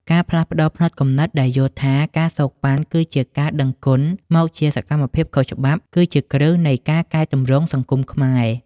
ការផ្លាស់ប្តូរផ្នត់គំនិតដែលយល់ថា ការសូកប៉ាន់ គឺជា "ការដឹងគុណ" មកជា "សកម្មភាពខុសច្បាប់" គឺជាគ្រឹះនៃការកែទម្រង់សង្គមខ្មែរ។